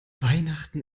weihnachten